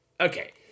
Okay